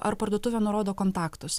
ar parduotuvė nurodo kontaktus